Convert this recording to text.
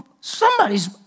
somebody's